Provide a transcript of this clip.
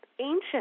ancient